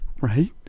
right